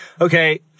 Okay